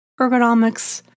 ergonomics